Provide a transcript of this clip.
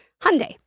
Hyundai